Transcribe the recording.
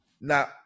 Now